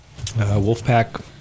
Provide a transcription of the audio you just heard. Wolfpack